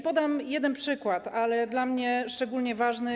Podam jeden przykład, dla mnie szczególnie ważny.